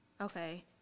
okay